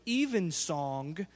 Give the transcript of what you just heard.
Evensong